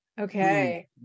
Okay